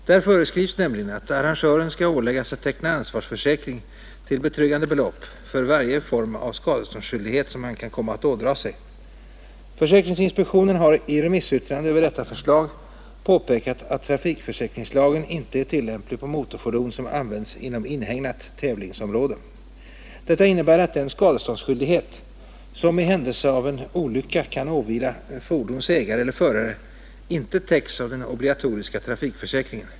Där föreskrivs nämligen att arrangören skall åläggas att teckna ansvarsförsäkring till betryggande belopp för varje form av skadeståndsskyldighet som han kan komma att ådra sig. Försäkringsinspektionen har i remissyttrande över detta förslag påpekat att trafikförsäkringslagen inte är tillämplig på motorfordon som används inom inhägnat tävlingsområde. Detta innebär att den skadeståndsskyldighet som i händelse av en olycka kan åvila fordons ägare eller förare inte täcks av den obligatoriska trafikförsäkringen.